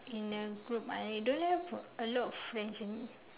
in a group I don't have a lot of friends in